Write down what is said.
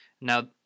Now